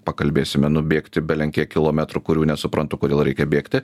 pakalbėsime nubėgti belenkiek kilometrų kurių nesuprantu kodėl reikia bėgti